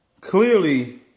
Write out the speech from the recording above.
Clearly